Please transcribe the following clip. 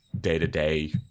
day-to-day